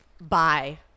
Bye